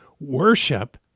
worship